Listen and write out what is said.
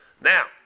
Now